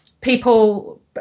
people